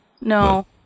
No